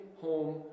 home